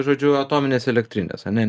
žodžiu atominės elektrinės ane